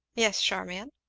yes, charmian?